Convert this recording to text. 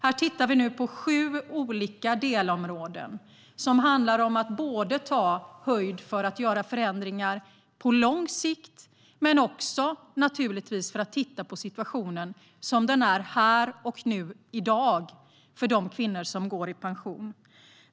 Vi tittar nu på sju delområden som handlar om att ta höjd för att göra förändringar på lång sikt och naturligtvis titta på situationen som den är här och nu för de kvinnor som går i pension.